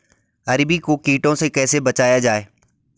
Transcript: अरबी को कीटों से कैसे बचाया जाए?